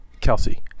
Kelsey